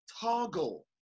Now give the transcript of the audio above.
toggle